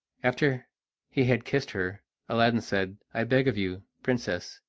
after he had kissed her aladdin said i beg of you, princess,